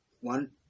one